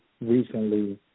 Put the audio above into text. recently